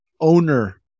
owner